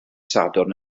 sadwrn